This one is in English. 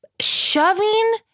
shoving